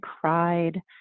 cried